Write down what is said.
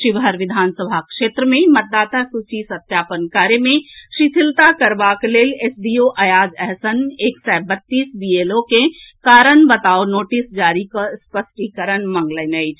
शिवहर विधानसभ क्षेत्र मे मतदाता सूची सत्यापन कार्य मे शिथिलता करबाक लेल एसडीओ अयाज अहसन एक सय बत्तीस बीएलओ के कारण बताओ नोटिस जारी कऽ स्पष्टीकरण मांगलनि अछि